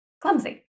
clumsy